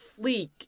fleek